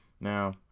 now